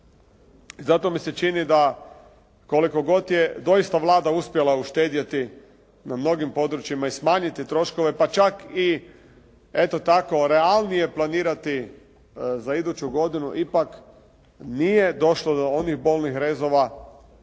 zato mi se čini koliko god je doista Vlada uspjela uštedjeti na mnogim područjima i smanjiti troškove pa čak i eto tako realnije planirati za iduću godinu ipak nije došlo do onih bolnih rezova